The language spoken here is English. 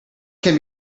can